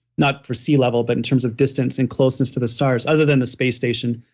not for sea level, but in terms of distance and closeness to the stars other than the space station,